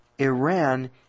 Iran